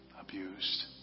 Abused